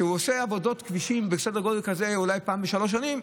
שעושה עבודות כבישים בסדר גודל כזה אולי פעם בשלוש שנים,